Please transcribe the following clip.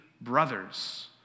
brothers